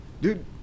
dude